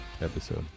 episode